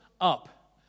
up